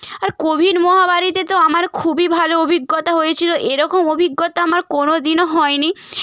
আর covid মহামারীতে তো আমার খুবই ভালো অভিজ্ঞতা হয়েছিল এরকম অভিজ্ঞতা আমার কোনোদিনও হয়নি